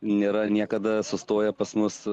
nėra niekada sustoja pas mus